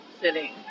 sitting